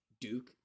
Duke